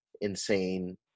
insane